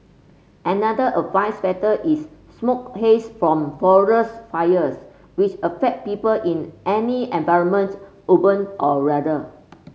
another adverse factor is smoke haze from forest fires which affect people in any environment urban or rural